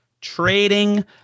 trading